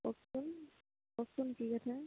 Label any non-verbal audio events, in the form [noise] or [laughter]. কওকচোন কওকচোন [unintelligible]